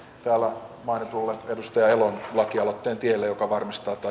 täällä mainitulle edustaja elon lakialoitteen tielle joka varmistaa että